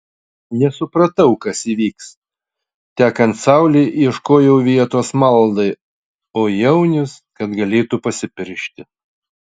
nesupratau kas įvyks tekant saulei ieškojau vietos maldai o jaunius kad galėtų pasipiršti